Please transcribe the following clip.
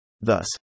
Thus